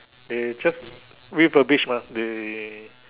they just refurbish mah they